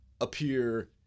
appear